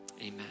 Amen